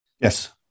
Yes